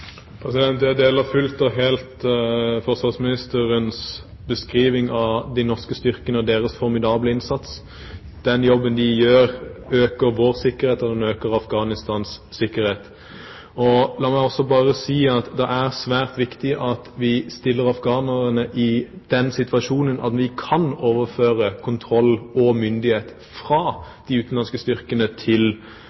Jeg deler fullt og helt forsvarsministerens beskrivelse av de norske styrkene og deres formidable innsats. Den jobben de gjør, øker vår sikkerhet, og den øker Afghanistans sikkerhet. La meg også bare si at det er svært viktig at vi setter afghanerne i den situasjon at vi kan overføre kontroll og myndighet fra